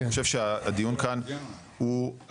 אני חושב שהדיון כאן הוא,